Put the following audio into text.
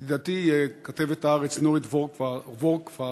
לדעתי, כתבת "הארץ" נורית וורגפט